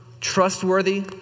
trustworthy